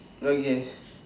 okay